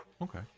Okay